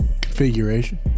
Configuration